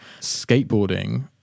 Skateboarding